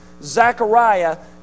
Zechariah